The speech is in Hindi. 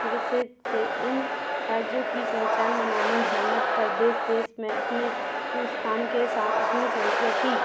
वृसित से इन राज्यों की पहचान बनानी है मध्य प्रदेश देश में अपने अपने स्थान के साथ अपनी संस्कृति